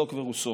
לוק ורוסו.